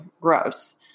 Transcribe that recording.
Gross